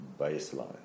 baseline